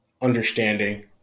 understanding